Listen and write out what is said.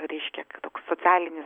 reiškia socialinis